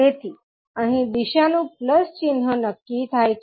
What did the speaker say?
તેથી અહીં દિશાનુ પ્લસ ચિહ્ન નક્કી થાય છે